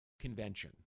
convention